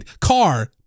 car